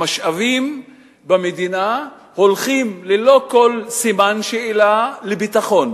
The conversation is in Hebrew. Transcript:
המשאבים במדינה הולכים ללא כל סימן שאלה לביטחון,